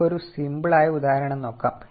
നമുക്ക് ഒരു സിംപിൾ ആയ ഉദാഹരണം നോക്കാം